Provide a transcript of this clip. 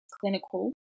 clinical